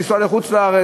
לנסוע לחוץ-לארץ,